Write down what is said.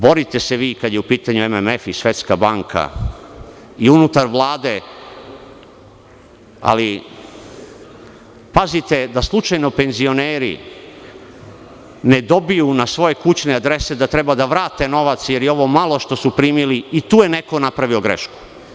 Borite se vi kada je u pitanju MMF i Svetska banka i unutar Vlade, ali pazite da slučajno penzioneri ne dobiju na svoje kućne adrese da treba da vrate novac jer je ovo malo što su primili, i tu je neko napravio grešku.